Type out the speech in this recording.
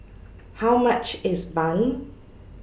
How much IS Bun